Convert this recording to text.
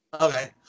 Okay